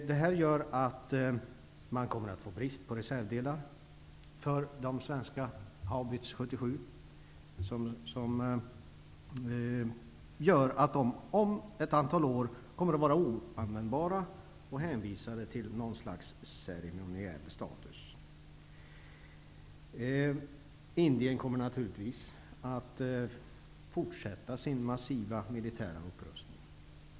Det gör att Indien kommer att få brist på reservdelar till sina svenska Haubits 77, vilket innebär att dessa om ett antal år kommer att vara oanvändbara och hänvisade till något slags ceremoniell status. Indien kommer säkerligen att fortsätta sin massiva militära upprustning.